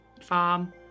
farm